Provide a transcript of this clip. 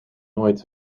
nooit